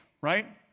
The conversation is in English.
right